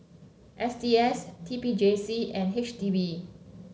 S T S T P J C and H D B